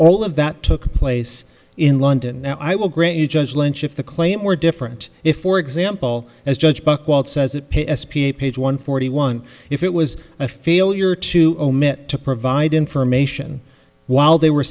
all of that took place in london now i will grant you judge lynch if the claim were different if for example as judge buchwald says it paid s p a page one forty one if it was a failure to omit to provide information while they were